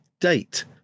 Date